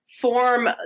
form